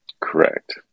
Correct